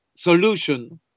solution